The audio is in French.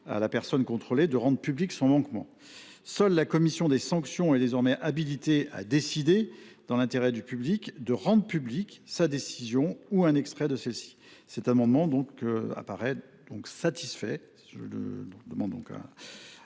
à la personne contrôlée de rendre public son manquement. Seule la commission des sanctions est désormais habilitée à décider, dans l’intérêt du public, de publier sa décision ou un extrait de celle ci. Cet amendement paraissant satisfait,